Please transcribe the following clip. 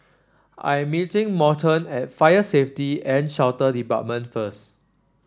I am meeting Morton at Fire Safety and Shelter Department first